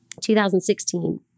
2016